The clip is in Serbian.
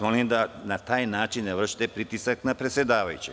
Molim da na taj način ne vršite pritisak na predsedavajućeg.